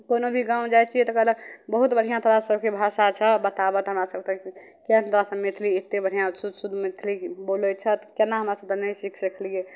कोनो भी गाम जाइ छिए तऽ कहलक बहुत बढ़िआँ तोहरा सभके भाषा छऽ बताबऽ तऽ हमरा सभकेँ किएक तोहरासभ मैथिली एतेक बढ़िआँ शुद्ध शुद्ध मैथिली बोलै छऽ कोना हमरासभ तऽ नहि सिखि सकलिए